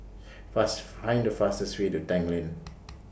fast Find The fastest Way to Tanglin